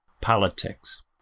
politics